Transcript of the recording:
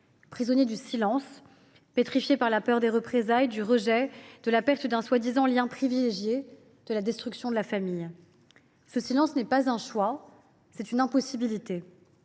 Prisonnier du silence, pétrifié par la peur des représailles, du rejet, de la perte d’un prétendu « lien privilégié », de la destruction de la famille. Ce silence est non un choix, mais une impossibilité,